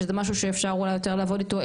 שזה משהו שאפשר אולי יותר לעבוד איתו,